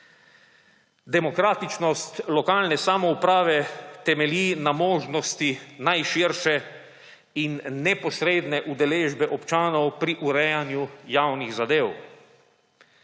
Demokratičnost lokalne samouprave temelji na možnosti najširše in neposredne udeležbe občanov pri urejanju javnih zadev.